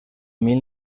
mil